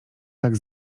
tak